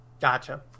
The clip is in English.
Gotcha